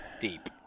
Deep